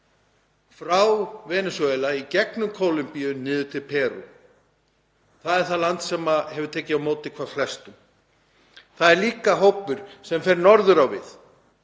frá Venesúela í gegnum Kólumbíu og niður til Perú. Það er það land sem hefur tekið á móti hvað flestum. Það er líka hópur sem fer norður á við.